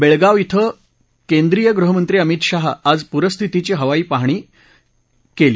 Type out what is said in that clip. बेळगाव श्विं केंद्रीय गृहमंत्री अमित शाह यांनी आज पूरस्थितीची हवाई पाहणी केली